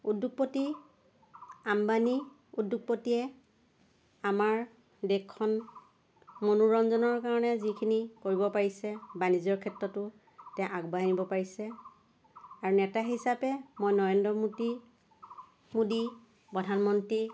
উদ্যোগপতি আম্বানি উদ্যোগপতিয়ে আমাৰ দেশখন মনোৰঞ্জনৰ কাৰণে যিখিনি কৰিব পাৰিছে বাণিজ্যৰ ক্ষেত্ৰতো তেওঁ আগবাঢ়াই নিব পাৰিছে আৰু নেতা হিচাপে মই নৰেন্দ্ৰ মোদী মোদী প্ৰধানমন্ত্ৰী